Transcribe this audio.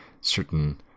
certain